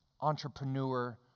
entrepreneur